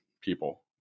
people